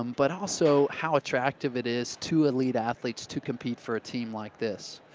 um but also how attractive it is to elite athletes to compete for a team like this.